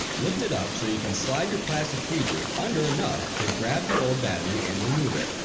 lift it up so you can slide your plastic tweezers under enough to grab the old battery and remove it.